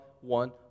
one